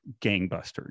gangbusters